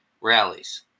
rallies